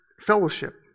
fellowship